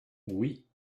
oui